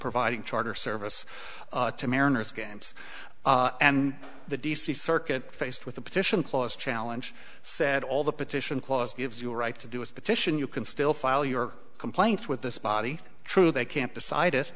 providing charter service to mariners games and the d c circuit faced with the petition clause challenge said all the petition clause gives you a right to do a petition you can still file your complaint with this body true they can't decide